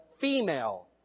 female